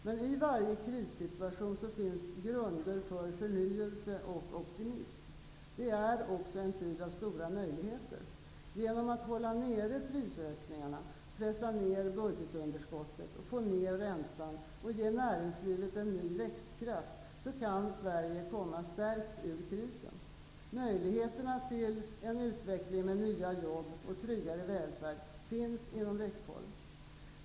Men i varje kris finns grunder för förnyelse och optimism. Det är också en tid av stora möjligheter. Genom att hålla nere prisökningarna, pressa ner budgetunderskottet, få ner räntan och ge näringslivet ny växtkraft kan Sverige komma stärkt ur krisen. Möjligheterna till en utveckling med nya jobb och tryggare välfärd finns inom räckhåll.